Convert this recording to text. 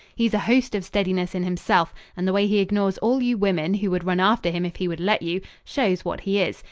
he's a host of steadiness in himself, and the way he ignores all you women, who would run after him if he would let you, shows what he is.